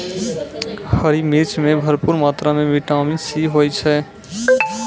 हरी मिर्च मॅ भरपूर मात्रा म विटामिन सी होय छै